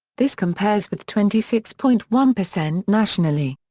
this compares with twenty six point one percent nationally.